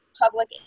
public